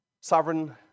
sovereign